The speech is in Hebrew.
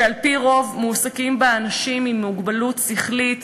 שעל-פי רוב מועסקים בה אנשים עם מוגבלות שכלית,